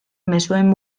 mezuen